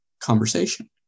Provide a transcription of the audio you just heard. conversation